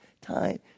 time